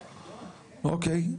אוקי,